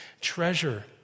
treasure